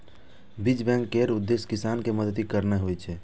बीज बैंक केर उद्देश्य किसान कें मदति करनाइ होइ छै